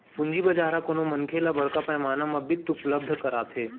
पूंजी बजार ह कोनो मनखे ल बड़का पैमाना म बित्त उपलब्ध कराथे